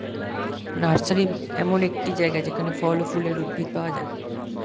nursery এমন একটি জায়গা যেখানে ফল ও ফুলের উদ্ভিদ পাওয়া যায়